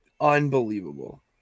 unbelievable